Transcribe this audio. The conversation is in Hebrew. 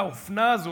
האופנה הזאת,